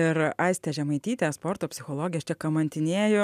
ir aistė žemaitytė sporto psichologės čia kamantinėju